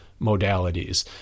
modalities